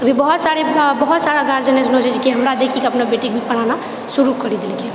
बहुत सारा बहुत सारा गार्जन एइसनो छै जेकि हमरा देखिके अपना बेटीके पढ़ाना शुरु करि देलकै